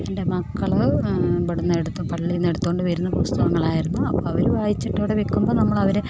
എന്റെ മക്കൾ ഇവിടുന്നെടുത്ത് പള്ളിയിൽ നിന്നെടുത്തു കൊണ്ടു വരുന്ന പുസ്തകങ്ങളായിരുന്നു അപ്പം അവർ വായിച്ചിട്ടവിടെ വെക്കുമ്പം നമ്മളവരെ